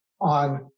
on